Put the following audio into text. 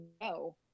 no